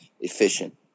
efficient